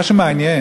מה שמעניין,